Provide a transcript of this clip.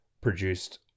produced